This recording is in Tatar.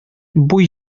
буй